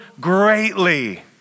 greatly